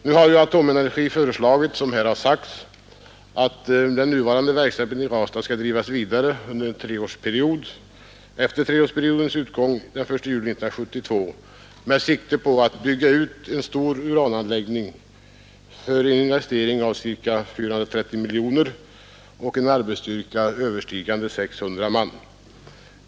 Nu har AB Atomenergi såsom här också sagts föreslagit att den nuvarande verksamheten i Ranstad skall drivas vidare efter treårsperiodens utgång den 1 juli 1972 med sikte på att bygga ut en stor urananläggning för en investering av ca 430 miljoner och med en arbetsstyrka överstigande 600 man.